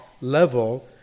level